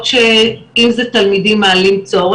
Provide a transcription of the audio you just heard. למידה והתפתחות של תלמידים עם מוגבלות.